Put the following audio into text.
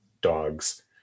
dogs